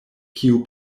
kiu